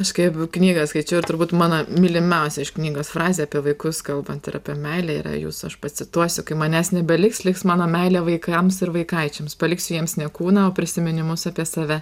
aš kaip knygą skaičiau ir turbūt mano mylimiausia iš knygos frazė apie vaikus kalbant ir apie meilę yra jūsų aš pacituosiu kai manęs nebeliks liks mano meilė vaikams ir vaikaičiams paliksiu jiems ne kūną o prisiminimus apie save